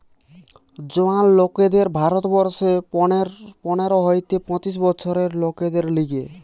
জোয়ান লোকদের ভারত বর্ষে পনের হইতে পঁচিশ বছরের লোকদের লিগে